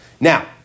Now